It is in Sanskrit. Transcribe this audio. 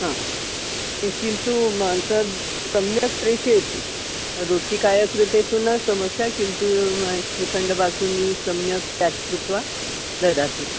किन्तु मा तत् सम्यक् प्रेषयतु रोटिकायाः कृते तु न समस्या किन्तु श्रीखण्डः बासुन्दी सम्यक् पेक् कृत्वा ददातु